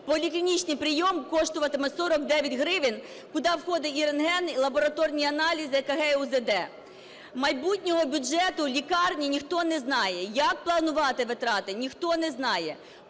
поліклінічний прийом коштуватиме 49 гривень, куди входить і рентген, і лабораторні аналізи, ЕКГ і УЗД. Майбутнього бюджету лікарні ніхто не знає, як планувати витрати, ніхто не знає.